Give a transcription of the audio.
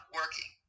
working